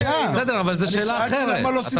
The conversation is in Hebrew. אני שואל על שתייה, למה לא סומן.